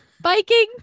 biking